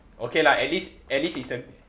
okay lah at least at least it's a